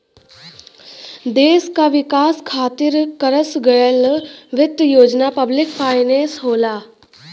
देश क विकास खातिर करस गयल वित्त योजना पब्लिक फाइनेंस होला